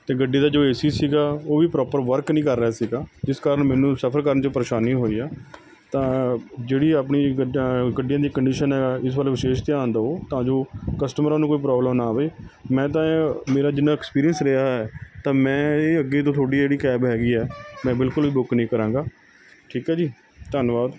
ਅਤੇ ਗੱਡੀ ਦਾ ਜੋ ਏ ਸੀ ਸੀਗਾ ਉਹ ਵੀ ਪ੍ਰੋਪਰ ਵਰਕ ਨਹੀਂ ਕਰ ਰਿਹਾ ਸੀਗਾ ਜਿਸ ਕਾਰਨ ਮੈਨੂੰ ਸਫ਼ਰ ਕਰਨ 'ਚ ਪਰੇਸ਼ਾਨੀ ਹੋਈ ਹਾਂ ਤਾਂ ਜਿਹੜੀ ਆਪਣੀ ਗੱਡੀ ਗੱਡੀਆਂ ਦੀ ਕੰਡੀਸ਼ਨ ਹੈ ਇਸ ਬਾਰੇ ਵਿਸ਼ੇਸ਼ ਧਿਆਨ ਦਿਓ ਤਾਂ ਜੋ ਕਸਟਮਰਾਂ ਨੂੰ ਕੋਈ ਪ੍ਰੋਬਲਮ ਨਾ ਆਵੇ ਮੈਂ ਤਾਂ ਇਹ ਮੇਰਾ ਜਿੰਨਾ ਐਕਸਪੀਰੀਅੰਸ ਰਿਹਾ ਤਾਂ ਮੈਂ ਇਹ ਅੱਗੇ ਤੋਂ ਤੁਹਾਡੀ ਜਿਹੜੀ ਕੈਬ ਹੈਗੀ ਆ ਮੈਂ ਬਿਲਕੁਲ ਵੀ ਬੁੱਕ ਨਹੀਂ ਕਰਾਂਗਾ ਠੀਕ ਹੈ ਜੀ ਧੰਨਵਾਦ